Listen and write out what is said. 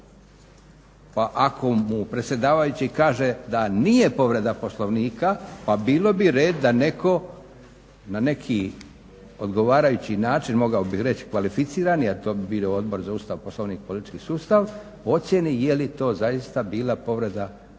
Pa ako mu predsjedavajući kaže da nije povreda Poslovnika pa bilo bi red da netko na neki odgovarajući način mogao bih reći kvalificirani, a to bi bili Odbor za Ustav, Poslovnik i politički sustav, ocijeni je li to zaista bila povreda Poslovnika